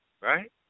Right